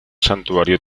santuario